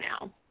now